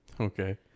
Okay